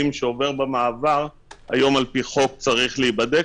ועובר במעבר היום על פי חוק צריך להיבדק,